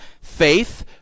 faith